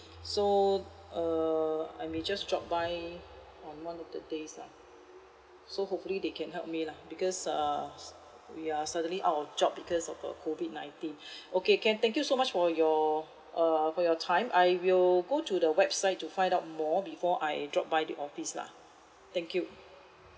so err I may just drop by on one of the days lah so hopefully they can help me lah because err we are suddenly out of job because of uh COVID nineteen okay can thank you so much for your err for your time I will go to the website to find out more before I drop by the office lah thank you